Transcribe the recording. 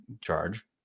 charge